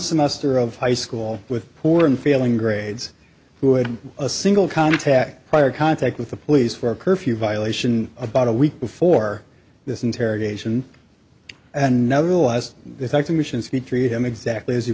semester of high school with poor and failing grades who had a single contact prior contact with the police for a curfew violation about a week before this interrogation an